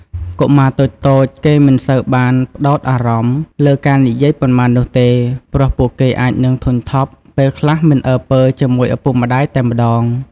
កុមារតូចៗគេមិនសូវបានផ្តោតអារម្មណ៍លើការនិយាយប៉ុន្មាននោះទេ ព្រោះពួកគេអាចនិងធុញថប់ ពេលខ្លះមិនអើពើជាមួយឪពុកម្តាយតែម្តង។